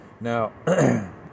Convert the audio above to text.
Now